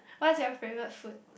what's your favourite food